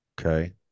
Okay